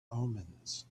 omens